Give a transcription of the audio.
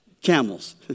Camels